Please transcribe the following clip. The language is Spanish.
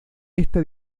esta